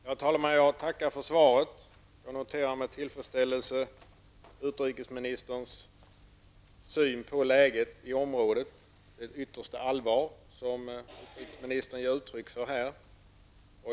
Herr talman! Jag tackar för svaret. Jag noterar med tillfredsställelse utrikesministerns syn på läget i området och det yttersta allvar som utrikesministern ger uttryck för här.